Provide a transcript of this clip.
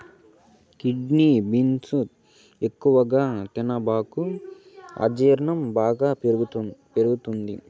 kidney beans ఎక్కువగా తినబాకు అజీర్ణం బాగా పెరుగుతది